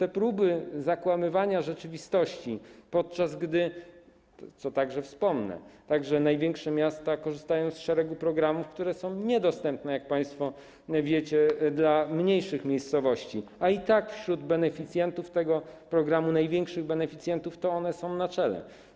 Są próby zakłamywania rzeczywistości, podczas gdy - o tym także wspomnę - największe miasta korzystają z szeregu programów, które są niedostępne, jak państwo wiecie, dla mniejszych miejscowości, a i tak wśród beneficjentów tego programu, największych beneficjentów, to one są na czele.